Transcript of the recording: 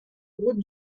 route